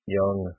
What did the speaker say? young